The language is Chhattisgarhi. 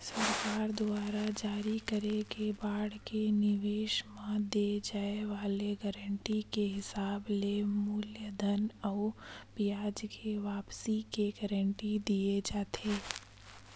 सरकार दुवार जारी करे के बांड के निवेस म दे जाय वाले गारंटी के हिसाब ले मूलधन अउ बियाज के वापसी के गांरटी देय जाथे